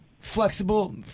Flexible